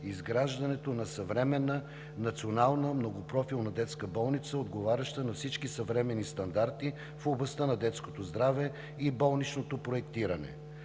изграждането на съвременна Национална многопрофилна детска болница, отговаряща на всички съвременни стандарти в областта на детското здраве и болничното проектиране.